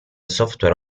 software